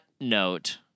note